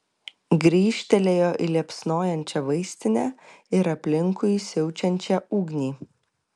grįžtelėjo į liepsnojančią vaistinę ir aplinkui siaučiančią ugnį